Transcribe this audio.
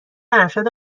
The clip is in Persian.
ارشد